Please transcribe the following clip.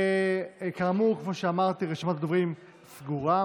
כאמור, כמו שאמרתי, רשימת הדוברים סגורה.